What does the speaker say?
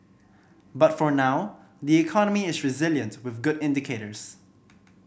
but for now the economy is resilient with good indicators